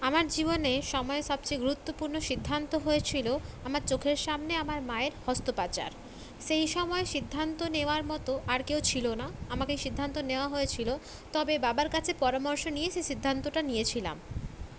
আমার জীবনে সময়ের সবচেয়ে গুরুত্বপূর্ণ সিদ্ধান্ত হয়েছিল আমার চোখের সামনে আমার মায়ের অস্ত্রোপচার সেই সময়ে সিদ্ধান্ত নেওয়ার মতো আর কেউ ছিল না আমাকেই সিদ্ধান্ত নেওয়া হয়েছিল তবে বাবার কাছে পরামর্শ নিয়েই সেই সিদ্ধান্তটা নিয়েছিলাম